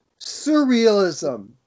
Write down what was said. Surrealism